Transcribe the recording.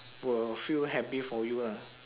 will feel happy for you lah